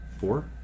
four